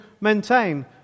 maintain